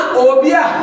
obia